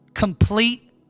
complete